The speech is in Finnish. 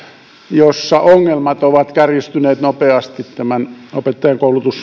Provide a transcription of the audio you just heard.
jossa ongelmat ovat kärjistyneet nopeasti tämän opettajankoulutusyksikön